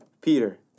Peter